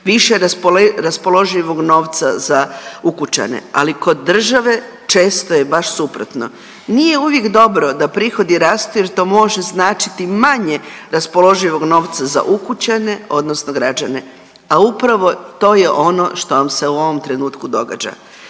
više raspoloživog novca za ukućane, ali kod države, često je baš suprotno. Nije uvijek dobro da prihodi rastu jer to može značiti manje raspoloživog novca za ukućane, odnosno građane, a upravo to je ono što vam se u ovom trenutku događa.